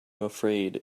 afraid